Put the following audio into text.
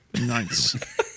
Nice